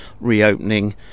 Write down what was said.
reopening